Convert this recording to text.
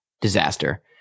disaster